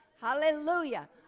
Hallelujah